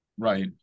Right